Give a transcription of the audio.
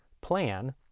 plan